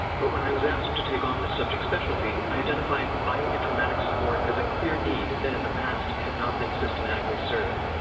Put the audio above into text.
but when i was asked to take on the subject specialty i identified bioinformatics support as a clear need that in the past had not been systematically served.